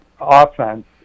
offense